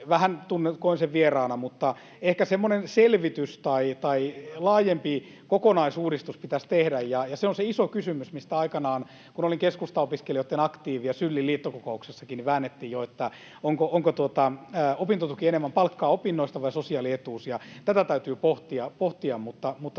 vähän koen sen vieraana. Mutta ehkä semmoinen selvitys tai laajempi kokonaisuudistus pitäisi tehdä, ja se on se iso kysymys, mistä jo aikanaan SYLin liittokokouksessakin väännettiin, kun olin Keskustaopiskelijoiden aktiivi: että onko opintotuki enemmän palkkaa opinnoista vai sosiaalietuus. Tätä täytyy pohtia, mutta